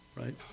right